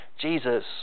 Jesus